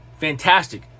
fantastic